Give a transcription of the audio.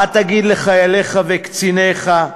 מה תגיד לחייליך וקציניך?